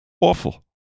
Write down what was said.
Awful